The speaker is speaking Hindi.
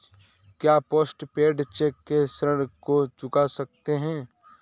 क्या पोस्ट पेड चेक से ऋण को चुका सकते हैं?